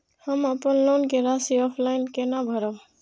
हम अपन लोन के राशि ऑफलाइन केना भरब?